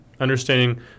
Understanding